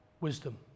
wisdom